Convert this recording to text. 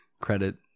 credit